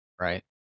Right